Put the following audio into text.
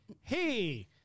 hey